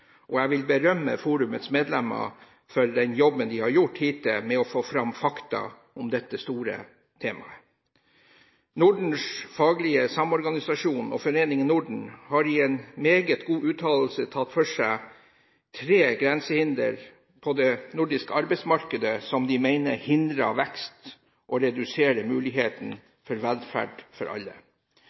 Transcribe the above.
og jeg vil berømme forumets medlemmer for den jobben de har gjort hittil med å få fram fakta om dette store temaet. Nordens Faglige Samorganisasjon og Foreningen Norden har i en meget god uttalelse tatt for seg tre grensehinder på det nordiske arbeidsmarkedet som de mener hindrer vekst og reduserer muligheten for velferd for alle.